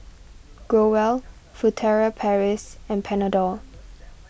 Growell Furtere Paris and Panadol